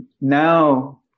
Now